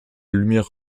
lumière